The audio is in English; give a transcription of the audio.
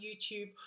YouTube